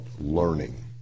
learning